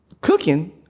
cooking